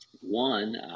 One